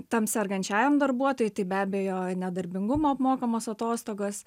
tam sergančiajam darbuotojui tai be abejo nedarbingumo apmokamos atostogos